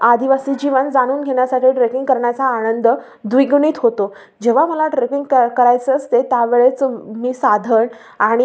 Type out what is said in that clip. आदिवासी जीवन जाणून घेण्यासाठी ट्रेकिंग करण्याचा आनंद द्विगुणित होतो जेव्हा मला ट्रेकिंग क करायचं असते त्यावेळेच मी साधन आणि